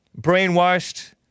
brainwashed